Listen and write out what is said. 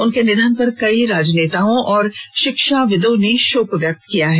उनके निधन पर कई राजनेताओं और शिक्षाविदों ने शोक व्यक्त किया है